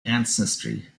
ancestry